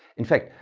in fact,